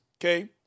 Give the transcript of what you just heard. Okay